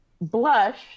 Blush